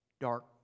dark